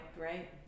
right